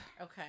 Okay